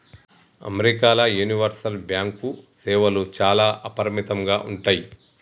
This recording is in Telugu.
అమెరికాల యూనివర్సల్ బ్యాంకు సేవలు చాలా అపరిమితంగా ఉంటయ్